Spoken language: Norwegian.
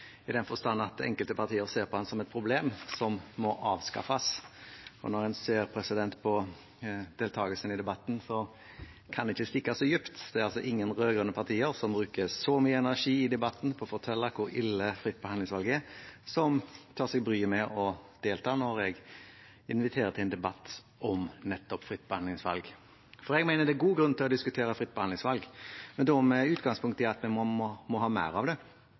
i den forstand at enkelte partier ser på ordningen som et problem som må avskaffes. Når en ser på deltakelsen i debatten, kan det ikke stikke så dypt, for det er ingen rød-grønne partier – som bruker så mye energi i debatten på å fortelle hvor ille fritt behandlingsvalg er – som tar seg bryet med å delta når jeg inviterer til en debatt om nettopp fritt behandlingsvalg. Jeg mener det er god grunn til å diskutere fritt behandlingsvalg, men da med utgangspunkt i at vi må ha mer av det,